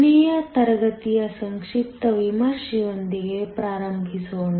ಕೊನೆಯ ತರಗತಿಯ ಸಂಕ್ಷಿಪ್ತ ವಿಮರ್ಶೆಯೊಂದಿಗೆ ಪ್ರಾರಂಭಿಸೋಣ